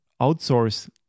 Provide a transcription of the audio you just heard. outsource